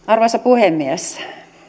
arvoisa puhemies